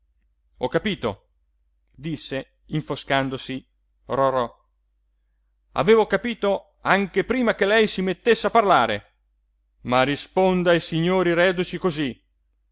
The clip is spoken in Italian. ho capito disse infoscandosi rorò avevo capito anche prima che lei si mettesse a parlare ma risponda ai signori reduci cosí